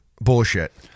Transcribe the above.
bullshit